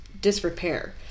disrepair